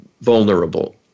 vulnerable